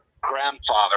grandfather